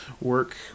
work